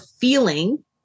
feeling